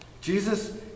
Jesus